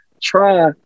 try